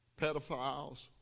pedophiles